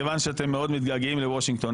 מכיוון שאתם מאוד מתגעגעים לוושינגטון.